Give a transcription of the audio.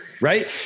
right